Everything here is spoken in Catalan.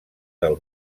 del